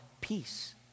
peace